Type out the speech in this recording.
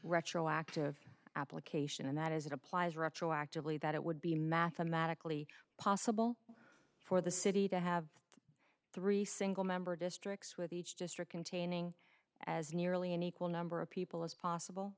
retroactive application and that is it applies retroactively that it would be mathematically possible for the city to have three single member districts with each district containing as nearly an equal number of people as possible